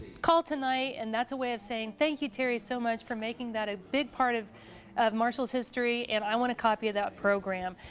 call tonight. and that's a way of saying thank you, terry, so much, for making that a big part of of marshall's history, and i want a copy of that program.